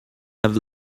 have